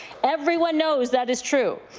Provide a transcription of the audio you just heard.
everyone knows that is true.